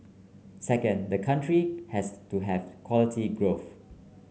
second the country has to have quality growth